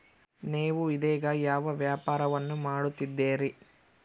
ನೇವು ಇದೇಗ ಯಾವ ವ್ಯಾಪಾರವನ್ನು ಮಾಡುತ್ತಿದ್ದೇರಿ?